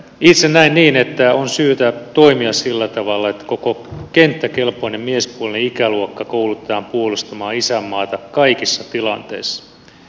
itse näen niin että on syytä toimia sillä tavalla että koko kenttäkelpoinen miespuolinen ikäluokka koulutetaan puolustamaan isänmaata kaikissa tilanteissa